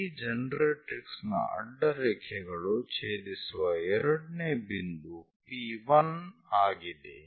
ಈ ಜನರೇಟರಿಕ್ಸ್ ನ ಅಡ್ಡರೇಖೆಗಳು ಛೇದಿಸುವ ಎರಡನೇ ಬಿಂದು P1 ಆಗಿದೆ